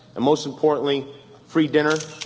and most importantly free dinner.